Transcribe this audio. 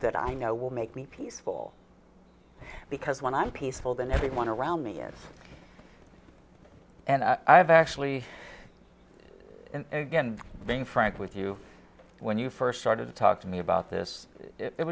that i know will make me peaceful because when i'm peaceful then everyone around me and i have actually being frank with you when you first started to talk to me about this it